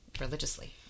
religiously